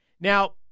Now